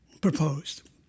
proposed